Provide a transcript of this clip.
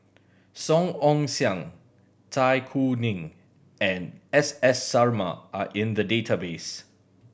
Song Ong Siang Zai Kuning and S S Sarma are in the database